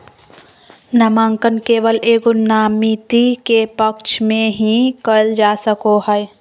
नामांकन केवल एगो नामिती के पक्ष में ही कइल जा सको हइ